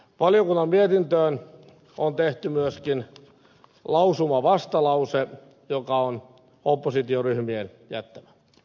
valiokunnan mietintöön on tehty myöskin lausumavastalause joka on oppositioryhmien jättämä